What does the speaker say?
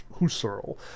Husserl